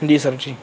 جی sir جی